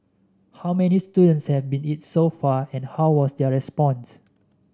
how many students have seen it so far and how was their response